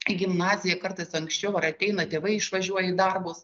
į gimnaziją kartais anksčiau ar ateina tėvai išvažiuoja į darbus